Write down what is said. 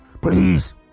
please